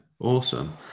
Awesome